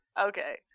Okay